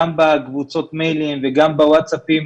גם בקבוצת מיילים וגם בווטסאפים.